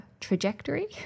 trajectory